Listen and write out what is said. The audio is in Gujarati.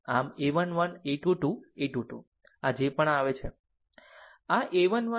આમ a 1 1 a 2 2 a 2 2 આ જે પણ આવે છે